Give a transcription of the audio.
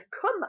come